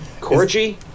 Corgi